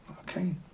Okay